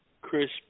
Chris